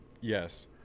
yes